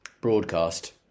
broadcast